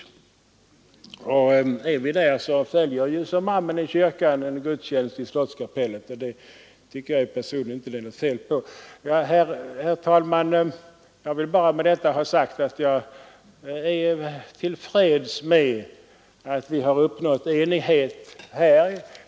Är vi i rikssalen följer också som amen i kyrkan en gudstjänst i slottskapellet, och det tycker jag personligen är bra. Herr talman! Jag vill bara med detta ha sagt att jag är till freds med att vi har nått enighet här.